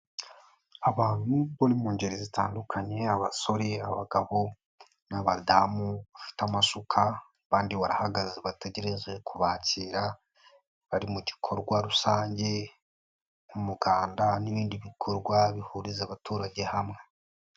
Abantu bari mu ngeri zitandukanye, abasore, abagabo n'abadamu, bafite amasuka, abandi barahagaze bategereje kubakira, bari mu gikorwa rusange nk'umuganda n'ibindi bikorwa bihuriza abaturage hamwe.